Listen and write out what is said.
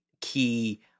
key